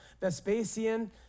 Vespasian